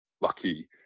lucky